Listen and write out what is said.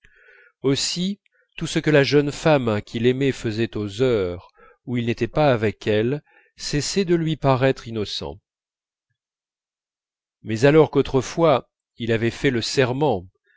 aussi tout ce que la jeune femme qu'il aimait faisait aux heures où il n'était pas avec elle cessait de lui paraître innocent mais alors qu'autrefois il avait fait le serment